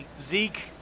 Zeke